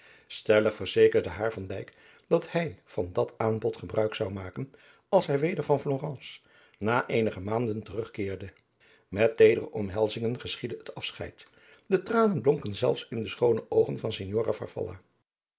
stellig verzekerde haar van dijk dat hij van dat aanbod gebruik zou maken als hij weder van florence na eenige maanden terugkeerde met teedere omhelzingen geschiedde het afscheid de tranen blonken zelfs in de schoone oogen van signora